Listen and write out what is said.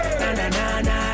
na-na-na-na